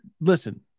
listen